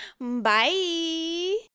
bye